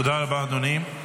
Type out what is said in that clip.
תודה רבה, אדוני.